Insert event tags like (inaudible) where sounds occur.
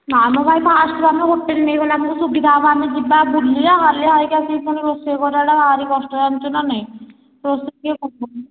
ନା ମ ଭାଇ ଫାଷ୍ଟ୍ରୁ ଆମେ ହୋଟେଲ୍ ନେଇଗଲେ ଆମକୁ ସୁବିଧା ହେବ ଆମେ ଯିବା ବୁଲିବା ହାଲିଆ ହୋଇକି ଆସିକି ରୋଷେଇ କରିବାଟା ଭାରି କଷ୍ଟ ଜାଣିଛୁ ନା ନାଇଁ (unintelligible)